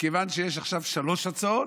מכיוון שיש עכשיו שלוש הצעות,